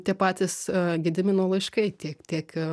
tie patys gedimino laiškai tiek tiek